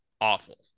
awful